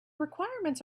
requirements